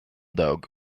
dog